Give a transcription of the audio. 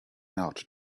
out